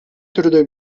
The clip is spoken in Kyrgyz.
түрдө